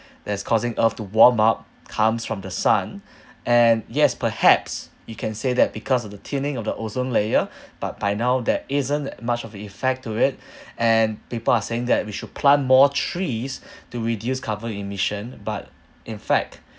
that's causing earth to warm up comes from the sun and yes perhaps you can say that because of the tuning of the ozone layer but by now there isn't much of an effect to it and people are saying that we should plant more trees to reduce carbon emission but in fact